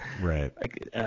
right